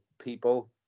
people